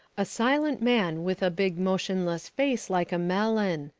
a silent man with a big motionless face like a melon.